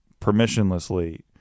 permissionlessly